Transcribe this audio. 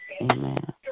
Amen